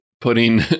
putting